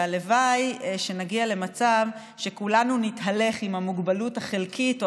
הלוואי שנגיע למצב שכולנו נתהלך עם המוגבלות החלקית או